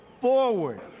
forward